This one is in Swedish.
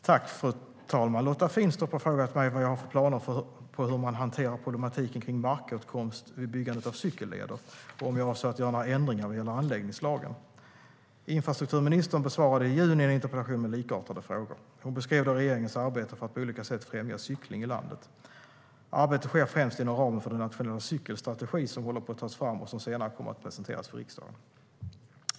Fru talman! Lotta Finstorp har frågat mig vad jag har för planer när det gäller att hantera problematiken kring markåtkomst vid byggandet av cykelleder och om jag avser att göra några ändringar vad gäller anläggningslagen. Infrastrukturministern besvarade i juni en interpellation med likartade frågor. Hon beskrev då regeringens arbete för att på olika sätt främja cykling i landet. Arbetet sker främst inom ramen för den nationella cykelstrategi som håller på att tas fram och som senare kommer att presenteras för riksdagen.